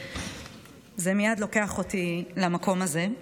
וזה מייד לוקח אותי למקום הזה.